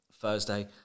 Thursday